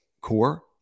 core